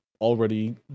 already